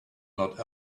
not